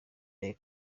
les